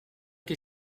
che